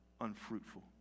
unfruitful